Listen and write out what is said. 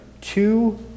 two